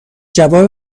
جواب